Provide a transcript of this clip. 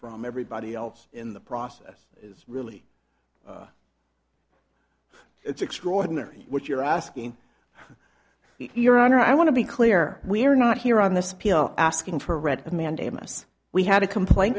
from everybody else in the process is really it's extraordinary what you're asking your honor i want to be clear we are not here on this appeal asking for a read of mandamus we had a complaint